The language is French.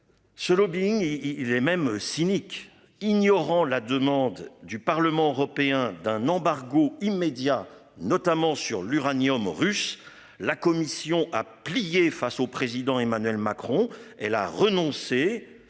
Ce lobbying. Il est même cynique, ignorant la demande du Parlement européen d'un embargo immédiat notamment sur l'uranium russe. La commission a plié face au président Emmanuel Macron, elle a renoncé